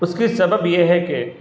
اس کی سبب یہ ہے کہ